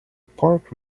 park